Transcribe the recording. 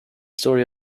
story